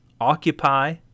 occupy